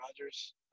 Rodgers